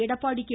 Edappadi K